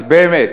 אז באמת,